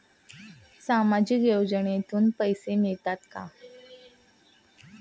सामाजिक योजनेतून पैसे मिळतात का?